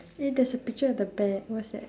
eh there's a picture at the back what's that